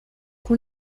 kun